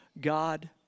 God